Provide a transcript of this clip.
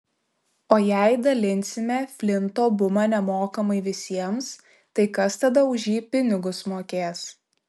o jei dalinsime flinto bumą nemokamai visiems tai kas tada už jį pinigus mokės